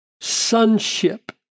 sonship